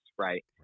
Right